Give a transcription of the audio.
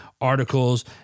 articles